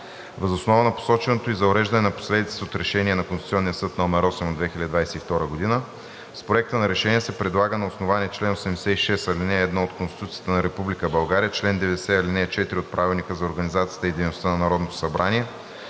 Въз основа на посоченото и за уреждане на последиците от Решение на Конституционния съд № 8 от 2022 г. с Проекта на решение се предлага на основание чл. 86, ал. 1 от Конституцията на Република България, чл. 90, ал. 4 от Правилника за организацията и дейността на Народното събрание,